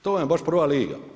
To vam je baš prva liga.